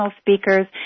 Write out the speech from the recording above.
speakers